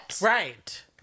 right